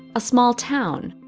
a small town,